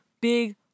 big